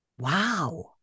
Wow